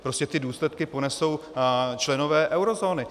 Prostě ty důsledky ponesou členové eurozóny.